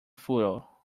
furrow